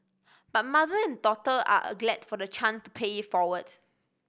but mother and daughter are glad for the chance to pay it forward